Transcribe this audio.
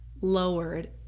lowered